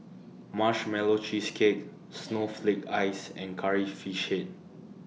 Marshmallow Cheesecake Snowflake Ice and Curry Fish Head